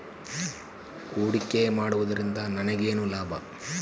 ಹೂಡಿಕೆ ಮಾಡುವುದರಿಂದ ನನಗೇನು ಲಾಭ?